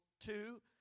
Two